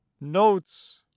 notes